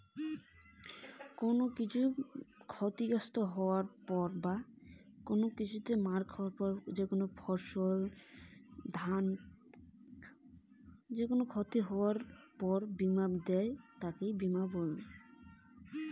বিমা বলতে কি বোঝায়?